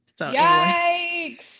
Yikes